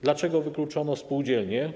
Dlaczego wykluczono spółdzielnie?